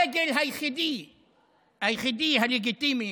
הדגל היחידי הלגיטימי,